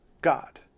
God